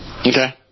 Okay